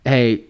Hey